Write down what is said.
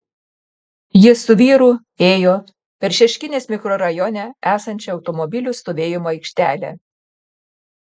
ji su vyru ėjo per šeškinės mikrorajone esančią automobilių stovėjimo aikštelę